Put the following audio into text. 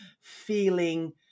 feeling